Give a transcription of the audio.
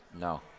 No